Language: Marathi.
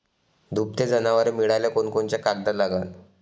दुभते जनावरं मिळाले कोनकोनचे कागद लागन?